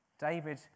David